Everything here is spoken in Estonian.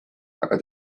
aga